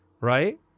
right